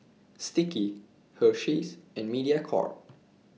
Sticky Hersheys and Mediacorp